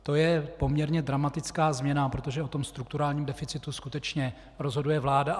To je poměrně dramatická změna, protože o tom strukturálním deficitu skutečně rozhoduje vláda.